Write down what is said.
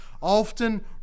often